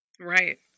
Right